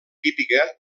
típica